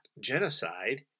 genocide